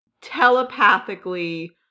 telepathically